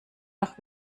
nach